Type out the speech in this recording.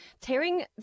tearing